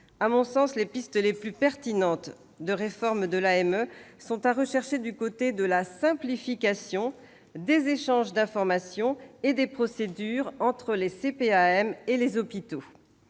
À mon sens, les pistes les plus pertinentes de réforme de l'AME sont à chercher du côté de la simplification des échanges d'informations et des procédures entre les CPAM et les hôpitaux.